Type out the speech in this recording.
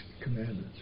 commandments